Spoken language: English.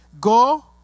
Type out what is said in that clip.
go